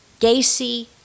Gacy